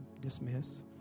dismiss